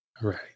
Right